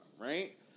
right